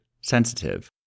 sensitive